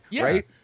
right